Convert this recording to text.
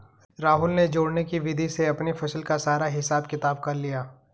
राहुल ने जोड़ने की विधि से अपनी फसल का सारा हिसाब किताब कर लिया